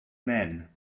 men